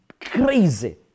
crazy